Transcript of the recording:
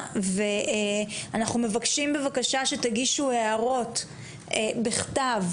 ואנחנו מבקשים בבקשה שתגישו הערות בכתב,